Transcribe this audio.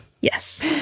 Yes